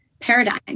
paradigm